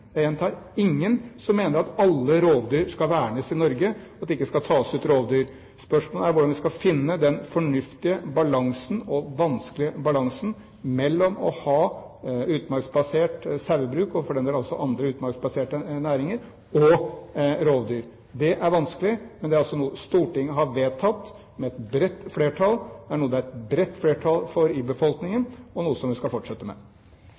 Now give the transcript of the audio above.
jeg gjentar ingen – som mener at alle rovdyr i Norge skal vernes, at det ikke skal tas ut rovdyr. Spørsmålet er hvordan vi skal finne den fornuftige balansen og den vanskelige balansen mellom å ha utmarksbasert sauebruk, og for den del også andre utmarksbaserte næringer, og rovdyr. Det er vanskelig, men det er altså noe Stortinget har vedtatt med et bredt flertall. Det er noe det er et bredt flertall for i befolkningen, og noe som vi skal fortsette med.